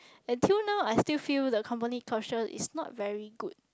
until know I still feel company culture it's not very good